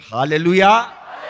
Hallelujah